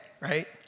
right